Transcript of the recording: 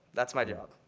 that's my job.